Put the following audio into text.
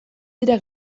dira